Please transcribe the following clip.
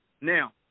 now